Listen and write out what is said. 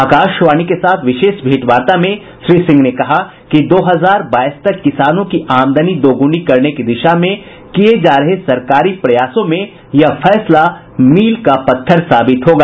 आकाशवाणी के साथ विशेष भेंटवार्ता में श्री सिंह ने कहा कि दो हजार बाईस तक किसानों की आमदनी दोग्नी करने की दिशा में किये जा रहे सरकारी प्रयासों में यह फैसला मील का पत्थर साबित होगा